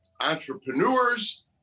entrepreneurs